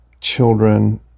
children